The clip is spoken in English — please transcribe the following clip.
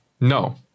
No